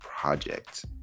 project